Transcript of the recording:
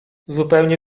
zupełnie